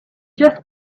just